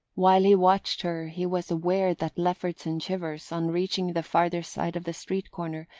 while he watched her he was aware that lefferts and chivers, on reaching the farther side of the street corner,